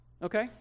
Okay